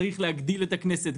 צריך להגדיל את הכנסת,